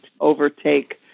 overtake